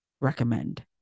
recommend